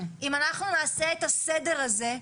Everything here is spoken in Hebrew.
אם אנחנו נעשה את הסדר הזה,